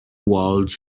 walls